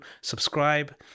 subscribe